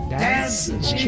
dancing